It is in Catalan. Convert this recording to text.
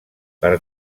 per